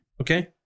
okay